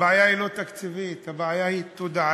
הבעיה היא לא תקציבית, הבעיה היא תודעתית.